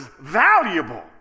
valuable